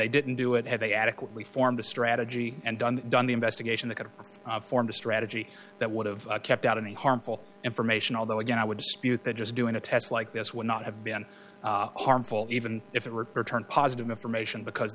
they didn't do it and they adequately formed a strategy and done done the investigation they could have formed a strategy that would have kept out any harmful information although again i would dispute that just doing a test like this would not have been harmful even if it were returned positive information because